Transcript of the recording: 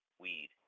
weed